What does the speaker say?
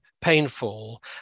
painful